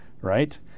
Right